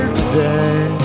today